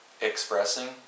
expressing